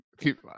keep